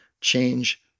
change